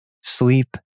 Sleep